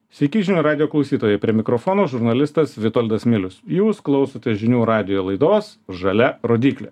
sykį žinių radijo klausytojai prie mikrofono žurnalistas vitoldas milius jūs klausotės žinių radijo laidos žalia rodyklė